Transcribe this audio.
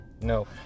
No